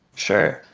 sure.